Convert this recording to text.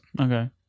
Okay